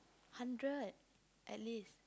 hundred at least